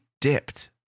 dipped